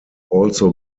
also